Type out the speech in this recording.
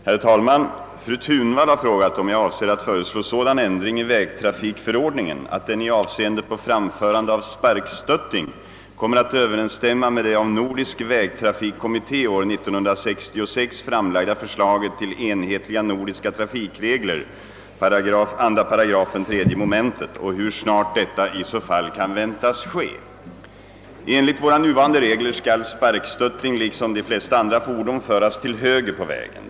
Herr talman! Fru Thunvall har frågat, om jag avser att föreslå sådan ändring i vägtrafikförordningen att den i avseende på »framförande av sparkstötting» kommer att överensstämma med det av Nordisk vägtrafikkommitté år 1966 framlagda förslaget till enhetliga nordiska trafikregler och hur snart detta i så fall kan väntas ske. Enligt våra nuvarande regler skall sparkstötting liksom de flesta andra fordon föras till höger på vägen.